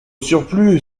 surplus